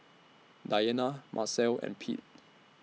Diana Marcel and Pete